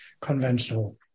conventional